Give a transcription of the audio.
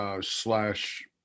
slash